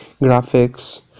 graphics